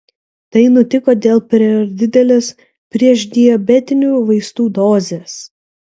tai nutiko dėl per didelės priešdiabetinių vaistų dozės